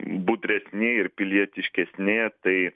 budresni ir pilietiškesni tai